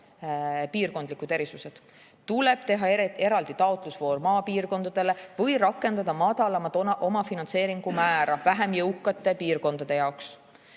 piirkondlikud erisused, tuleb teha eraldi taotlusvoor maapiirkondadele või rakendada madalamat omafinantseeringu määra vähem jõukate piirkondade jaoks.